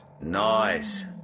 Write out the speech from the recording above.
Nice